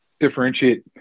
differentiate